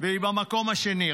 והיא במקום השני.